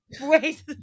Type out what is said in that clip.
Wait